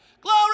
Glory